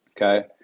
Okay